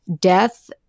death